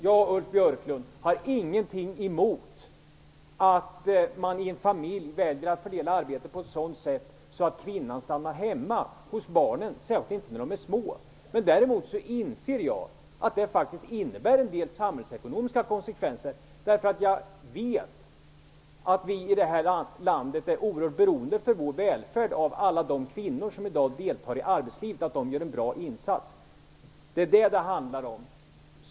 Jag har ingenting emot att man i en familj väljer att fördela arbetet på ett sådant sätt att kvinnan stannar hemma hos barnen, särskilt inte när de är små. Däremot inser jag att det faktiskt får en del samhällsekonomiska konsekvenser. Jag vet nämligen att vi i detta land för vår välfärd är oerhört beroende av att alla de kvinnor som i dag deltar i arbetslivet gör en bra insats. Det är vad det handlar om.